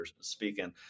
speaking